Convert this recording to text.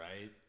right